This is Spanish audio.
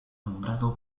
nombrado